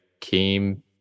came